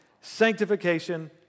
sanctification